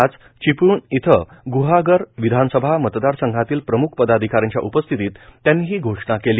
आज चिपळूण इथं गुहागर विधानसभा मतदारसंघातील प्रमुख पदाधिकाऱ्यांच्या उपस्थितीत त्यांनी ही घोषणा केली